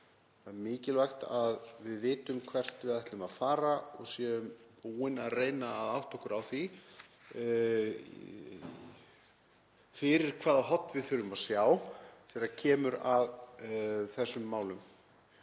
Það er mikilvægt að við vitum hvert við ætlum að fara og séum búin að reyna að átta okkur á því fyrir hvaða horn við þurfum að sjá þegar kemur að þessum málum.